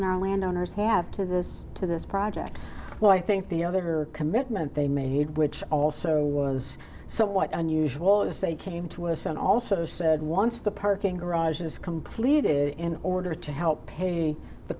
and our landowners have to this to this project well i think the other her commitment they made which also was so what unusual is they came to us and also said once the parking garage is completed in order to help pay the